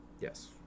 Yes